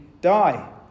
die